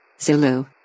Zulu